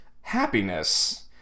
Happiness